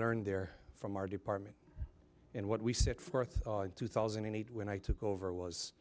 learned there from our department and what we set forth in two thousand and eight when i took over was